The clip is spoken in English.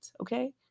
okay